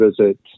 visit